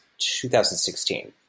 2016